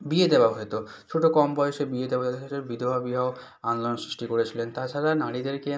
বিয়ে দেওয়া হয়ে যেত ছোটো কম বয়সে বিয়ে দেওয়া বিধবা বিবাহ আন্দোলনের সৃষ্টি করেছিলেন তাছাড়া নারীদেরকে